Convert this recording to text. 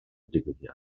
digwyddiad